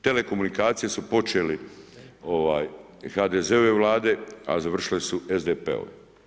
Telekomunikacije su počele HDZ-ove Vlade, a završile su SDP-ove.